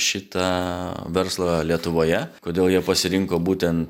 šitą verslą lietuvoje kodėl jie pasirinko būtent